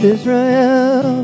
Israel